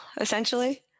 essentially